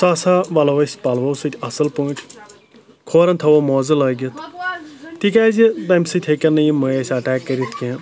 سُہ ہَسا وَلَو أسۍ پَلوَو سۭتۍ اَصٕل پٲٹھۍ کھورَن تھَاوَو موزٕ لٲگِتھ تِکیازِ تَمہِ سۭتۍ ہیٚکن نہٕ یِم مٔہۍ اسہِ اَٹَیک کٔرِتھ کینٛہہ